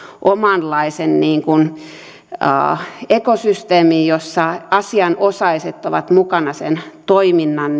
omanlaisensa ekosysteemin jossa asianosaiset ovat eräällä tavalla mukana sen toiminnan